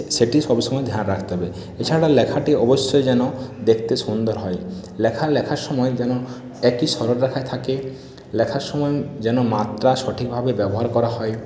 সেটি সবসময় ধ্যান রাখতে হবে এছাড়া লেখাটি অবশ্যই যেন দেখতে সুন্দর হয় লেখা লেখার সময় যেন একই সরলরেখায় থাকে লেখার সময় যেন মাত্রা সঠিকভাবে ব্যবহার করা হয়